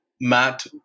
Matt